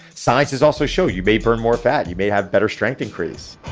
science is also show you may burn more fat. you may have better strength increase.